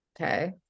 Okay